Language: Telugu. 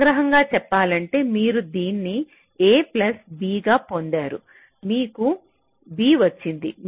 సంగ్రహంగా చెప్పాలంటే మీరు దీన్ని a ప్లస్ b గా పొందారు మీకు ఈ b వచ్చింది